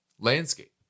landscape